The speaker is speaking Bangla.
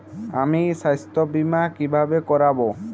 আমি স্বাস্থ্য বিমা কিভাবে করাব?